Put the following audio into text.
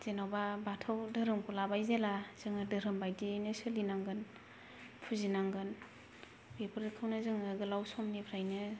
जेनोबा बाथौ धोरोमखौ लाबाय जेला जोंङो धोरोम बायदियैनो सोलि नांगोन फुजिनांगोन बेफोरखौनो जोंङो गोलाव समनिफ्रायनो